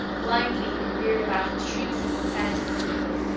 blindly he careered about with shrieks and profanity commingled,